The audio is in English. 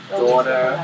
daughter